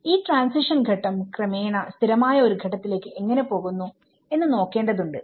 ഈ ട്രാൻസിഷൻ ഘട്ടം ക്രമേണ സ്ഥിരമായ ഒരു ഘട്ടത്തിലേക്ക് എങ്ങനെ പോകുന്നു എന്ന് നോക്കേണ്ടതുണ്ട്